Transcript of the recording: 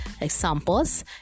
examples